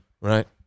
right